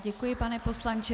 Děkuji, pane poslanče.